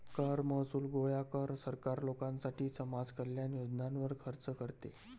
कर महसूल गोळा कर, सरकार लोकांसाठी समाज कल्याण योजनांवर खर्च करते